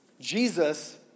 Jesus